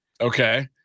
Okay